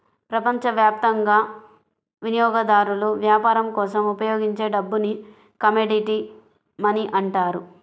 ప్రపంచవ్యాప్తంగా వినియోగదారులు వ్యాపారం కోసం ఉపయోగించే డబ్బుని కమోడిటీ మనీ అంటారు